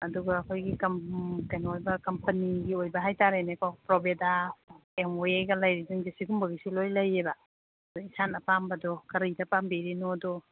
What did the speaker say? ꯑꯗꯨꯒ ꯑꯩꯈꯣꯏꯒꯤ ꯀꯩꯅꯣꯒ ꯀꯝꯄꯅꯤꯒꯤ ꯑꯣꯏꯕ ꯍꯥꯏꯇꯔꯦꯅꯦꯀꯣ ꯄ꯭ꯔꯣꯕꯦꯗꯥ ꯑꯦꯝꯃꯨꯋꯦꯒ ꯂꯩꯔꯤꯁꯤꯡꯁꯦ ꯁꯤꯒꯨꯝꯕꯒꯤꯁꯨ ꯂꯣꯏ ꯂꯩꯌꯦꯕ ꯑꯗꯨ ꯏꯁꯥꯅ ꯑꯄꯥꯝꯕꯗꯣ ꯀꯔꯤꯗ ꯄꯥꯝꯕꯤꯔꯤꯅꯣꯗꯣ